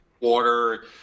water